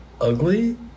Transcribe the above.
ugly